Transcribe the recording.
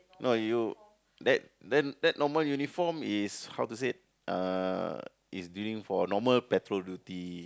no you that that that normal uniform is how to say ah is dealing for normal petrol duty